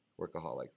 workaholic